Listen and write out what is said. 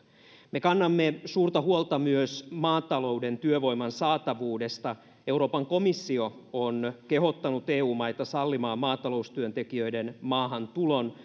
me kannamme suurta huolta myös maatalouden työvoiman saatavuudesta euroopan komissio on kehottanut eu maita sallimaan maataloustyöntekijöiden maahantulon